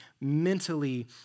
mentally